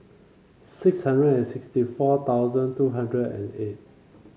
six hundred and sixty four thousand two hundred and eight